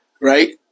right